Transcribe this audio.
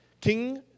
King